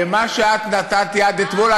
למה שאת נתת יד אתמול,